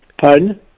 Pardon